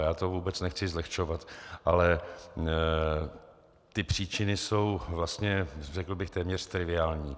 A já to vůbec nechci zlehčovat, ale příčiny jsou vlastně, řekl bych, téměř triviální.